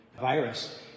virus